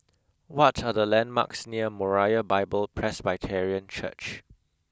what are the landmarks near Moriah Bible Presbyterian Church